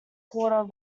quarter